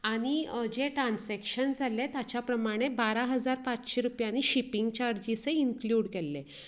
आनी जे ट्रानसेक्शन जाल्लें ताच्या प्रमाणे बारा हजार पांचशे रुपयांनी शिपिंग चार्जीसूय इंक्लूड केल्ले